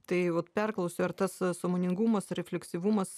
tai vat perklausiu ar tas sąmoningumas refleksyvumas